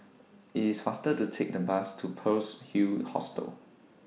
IT IS faster to Take The Bus to Pearl's Hill Hostel